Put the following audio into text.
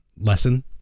lesson